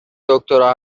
دکترا